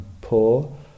poor